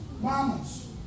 Mamas